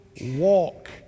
walk